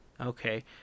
Okay